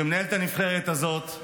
שמנהל את הנבחרת הזאת,